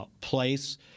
place